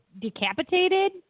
decapitated